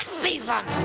season